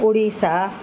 Orissa